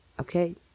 okay